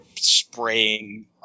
spraying